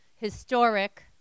historic